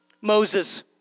Moses